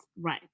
Right